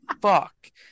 Fuck